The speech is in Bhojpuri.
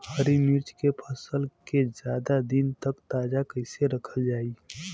हरि मिर्च के फसल के ज्यादा दिन तक ताजा कइसे रखल जाई?